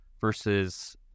versus